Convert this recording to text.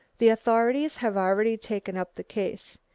the authorities have already taken up the case.